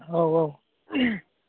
औ औ